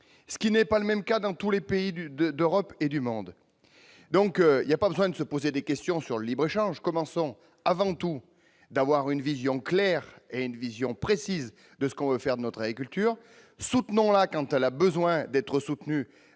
Tel n'est pas été le cas dans tous les autres pays d'Europe et du monde. Il n'y a pas besoin de se poser des questions sur le libre-échange ; commençons par avoir une vision claire et précise de ce que l'on veut faire de notre agriculture. Soutenons-la quand elle a besoin d'être soutenue,